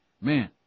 Man